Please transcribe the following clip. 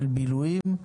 של בילויים,